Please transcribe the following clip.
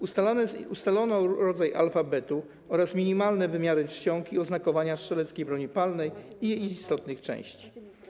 Ustalono rodzaj alfabetu oraz minimalne wymiary czcionki i oznakowania strzeleckiej broni palnej i jej istotnych części.